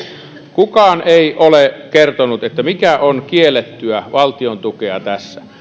kukaan ei ole kertonut mikä on kiellettyä valtion tukea tässä